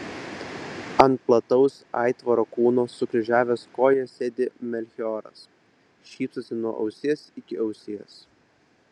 ant plataus aitvaro kūno sukryžiavęs kojas sėdi melchioras šypsosi nuo ausies iki ausies